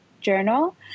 journal